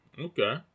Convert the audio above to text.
okay